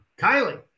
Kylie